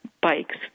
bikes